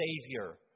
Savior